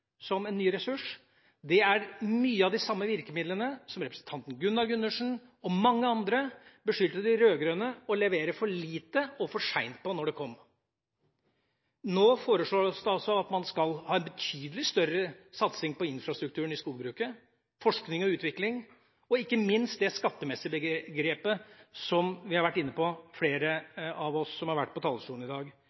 som en ny ressurs. Det er mye av de samme virkemidlene som representanten Gunnar Gundersen og mange andre beskyldte de rød-grønne for å levere for lite av og for sent når det kom. Nå foreslår statsråden at man skal ha en betydelig større satsing på infrastrukturen i skogbruket, forskning og utvikling og ikke minst det skattemessige grepet som flere av oss som har vært på talerstolen i dag,